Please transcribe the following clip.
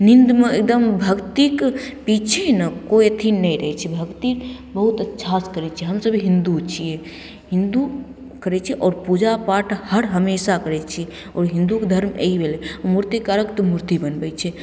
नींदमे एकदम भक्तिके पीछे ने कोइ अथी नहि रहय छै भक्ति बहुत अच्छासँ करय छै हमसभ हिन्दू छियै हिन्दू करय छै आओर पूजा पाठ हर हमेशा करय छी आओर हिन्दूके धर्म ई भेलय मूर्तिकारक तऽ मूर्ति बनबय छै